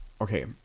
okay